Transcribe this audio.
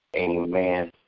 Amen